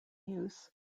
use